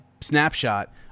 snapshot